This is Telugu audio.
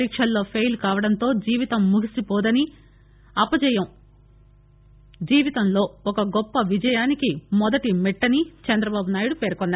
పరీక్షల్లో ఫెయిల్ అవ్వడంతో జీవితం ముగిసిపోదని అపజయం జీవితంలో గొప్ప విజయానికి మొదటి మెట్టని చంద్రబాబునాయుడు పేర్కొన్నారు